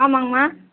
ஆமாங்கம்மா